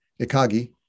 Ikagi